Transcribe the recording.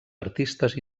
artistes